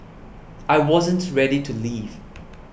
I wasn't ready to leave